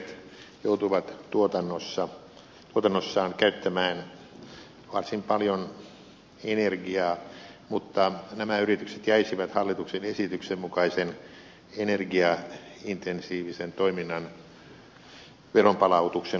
kasvihuoneviljelijät joutuvat tuotannossaan käyttämään varsin paljon energiaa mutta nämä yritykset jäisivät hallituksen esityksen mukaisen energiaintensiivisen toiminnan veronpalautuksen ulkopuolelle